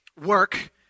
Work